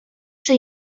czy